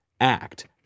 act